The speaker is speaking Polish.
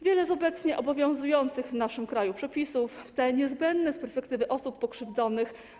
Wiele z obecnie obowiązujących w naszym kraju przepisów daje wsparcie niezbędne z perspektywy osób pokrzywdzonych.